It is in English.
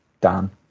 Dan